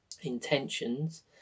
intentions